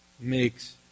makes